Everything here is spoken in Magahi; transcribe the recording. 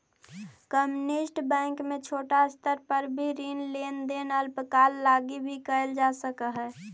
कम्युनिटी बैंक में छोटा स्तर पर भी ऋण लेन देन अल्पकाल लगी भी कैल जा सकऽ हइ